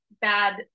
bad